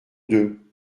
deux